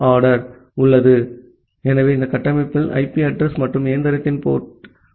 ஆகவே இந்த கட்டமைப்பில் ஐபி அட்ரஸ் மற்றும் இயந்திரத்தின் போர்ட் உள்ளன